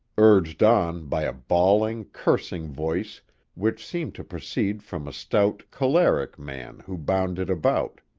urged on by a bawling, cursing voice which seemed to proceed from a stout, choleric man who bounded about,